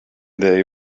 they